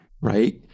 Right